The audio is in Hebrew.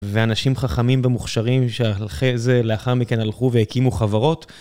ואנשים חכמים ומוכשרים שאחרי זה לאחר מכן הלכו והקימו חברות.